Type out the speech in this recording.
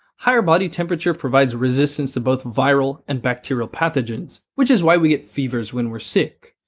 higher body temperature provides resistance to both viral and bacterial pathogens, which is why we get fevers when we're sick.